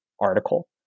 article